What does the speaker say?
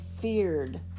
feared